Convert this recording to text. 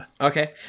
Okay